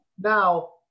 now